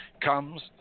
comes